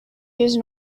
use